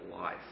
life